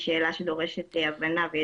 היא שאלה שדורשת הבנה וידע.